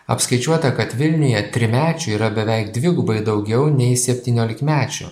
apskaičiuota kad vilniuje trimečių yra beveik dvigubai daugiau nei septyniolikmečių